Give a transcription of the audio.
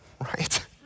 Right